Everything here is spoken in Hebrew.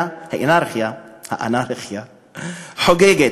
והאנרכיה חוגגת.